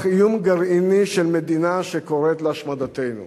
איום גרעיני של מדינה שקוראת להשמדתנו.